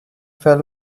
fell